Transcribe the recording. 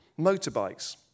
motorbikes